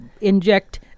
inject